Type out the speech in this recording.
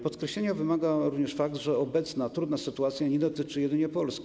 Podkreślenia wymaga również fakt, że obecna trudna sytuacja nie dotyczy jedynie Polski.